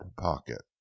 pocket